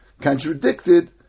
contradicted